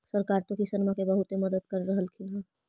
सरकार तो किसानमा के बहुते मदद कर रहल्खिन ह?